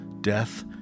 death